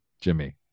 Jimmy